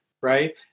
right